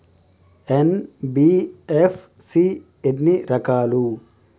NBFC ఎన్ని రకాలు?